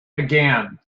again